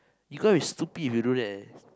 you going to be stupid if you do that eh